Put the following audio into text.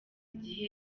igihe